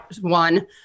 one